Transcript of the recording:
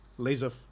Laser